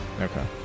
Okay